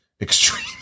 extreme